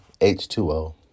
H2O